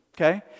okay